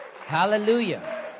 Hallelujah